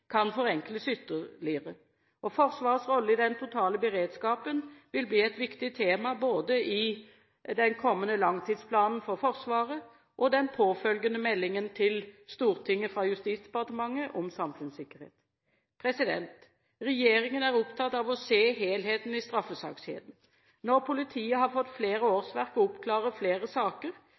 kan forenkles ytterligere. Forsvarets rolle i den totale beredskapen vil bli et viktig tema både i den kommende langtidsplanen for Forsvaret og i den påfølgende meldingen til Stortinget fra Justisdepartementet om samfunnssikkerhet. Regjeringen er opptatt av å se helheten i straffesakskjeden. Når politiet har fått flere årsverk og oppklarer flere saker,